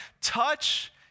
Touch